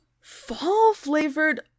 Fall-flavored